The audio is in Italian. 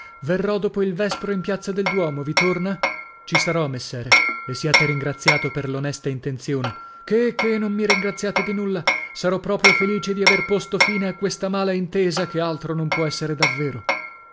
verrò dopo il vespro in piazza del duomo vi torna ci sarò messere e siate ringraziato per l'onesta intenzione che che non mi ringraziate di nulla sarò proprio felice di aver posto fine a questa mala intesa che altro non può essere davvero